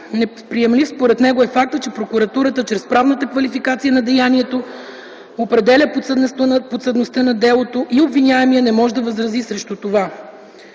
Неприемлив според него е фактът, че прокуратурата чрез правната квалификация на деянието определя подсъдността на делото и обвиняемият не може да възрази срещу това.